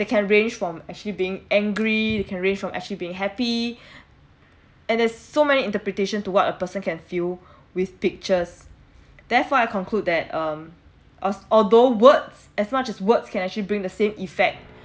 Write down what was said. that can range from actually being angry you can range from actually being happy and there's so many interpretation to what a person can feel with pictures therefore I conclude that um of although words as much as words can actually bring the same effect